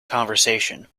conversation